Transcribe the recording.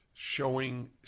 Showing